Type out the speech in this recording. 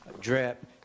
DRIP